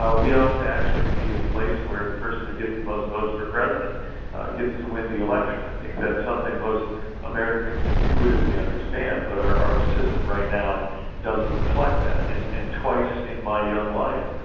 ah we ought to actually be a place where the person who gets the most votes for president gets to win the election. i think that's something most americans intuitively understand. but our our system right now doesn't reflect that. and and twice in my young life,